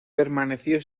permaneció